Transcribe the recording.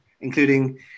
including